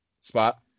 spot